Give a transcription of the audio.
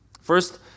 First